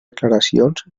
declaracions